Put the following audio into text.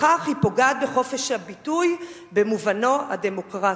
בכך היא פוגעת בחופש הביטוי במובנו הדמוקרטי.